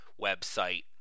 website